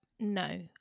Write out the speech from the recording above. no